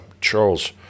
Charles